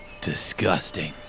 Disgusting